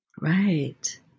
Right